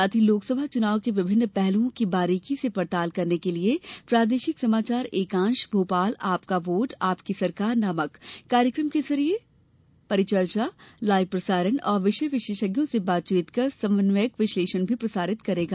साथ ही लोकसभा चुनाव के विभिन्न पहलुओं की बारीकी से पड़ताल के लिये प्रादेशिक समाचार एकांश भोपाल आपका वोट आपकी सरकार नामक कार्यक्रम के जरिए परिचर्चा लाइव प्रसारण और विषय विशेषज्ञों से बातचीत कर सम्यक विश्लेषण भी प्रसारित करेगा